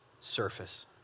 surface